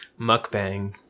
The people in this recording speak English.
Mukbang